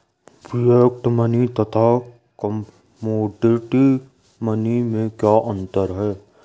Fiat money तथा commodity money में क्या अंतर है?